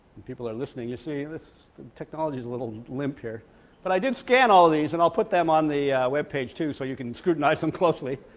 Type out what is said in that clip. and people are listening you see, this technology is a little limp here but i did scan all these and i'll put them on the webpage too so you can scrutinize them closely,